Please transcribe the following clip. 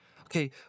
Okay